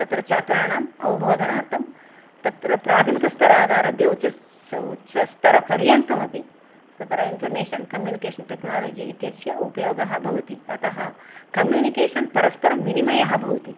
तत्र छात्राणाम् अवबोधनार्थं तत्र प्राथमिकस्तरादारभ्य उच्चस् उच्चस्तरपर्यन्तमपि तत्र इन्फ़र्मेषन् कम्युनिकेषन् टेक्नालजि इत्यस्य उपयोगः भवति अतः कम्युनिकेषन् परस्परं विनिमयः भवति